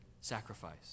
sacrifice